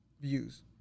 views